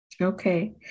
Okay